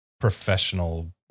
professional